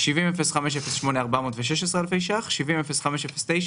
700508 416 אלפי שקלים, 700509